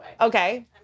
Okay